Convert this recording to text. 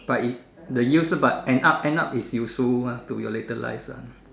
but is the use but end up end up is useful mah to your later life lah